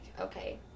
okay